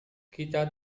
kita